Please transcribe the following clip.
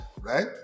right